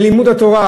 זה לימוד התורה,